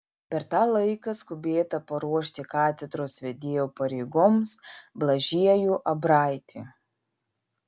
per tą laiką skubėta paruošti katedros vedėjo pareigoms blažiejų abraitį